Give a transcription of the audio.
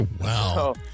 Wow